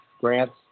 grants